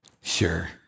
Sure